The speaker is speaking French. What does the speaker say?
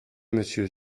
monsieur